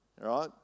right